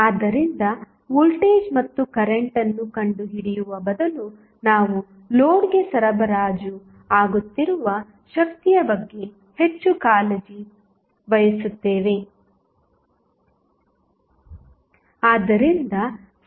ಆದ್ದರಿಂದ ವೋಲ್ಟೇಜ್ ಮತ್ತು ಕರೆಂಟ್ ಅನ್ನು ಕಂಡುಹಿಡಿಯುವ ಬದಲು ನಾವು ಲೋಡ್ಗೆ ಸರಬರಾಜು ಆಗುತ್ತಿರುವ ಶಕ್ತಿಯ ಬಗ್ಗೆ ಹೆಚ್ಚು ಕಾಳಜಿ ವಹಿಸುತ್ತೇವೆ